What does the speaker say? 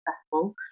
successful